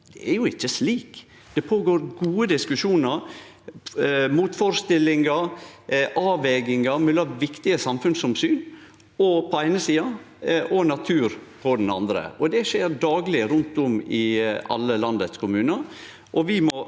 Det er jo ikkje slik. Det er gode diskusjonar, motførestillingar og avvegingar mellom viktige samfunnsomsyn på den eine sida og natur på den andre. Det skjer dagleg rundt om i alle landets kommunar,